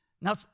Now